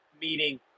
meeting